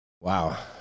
Wow